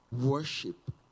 worship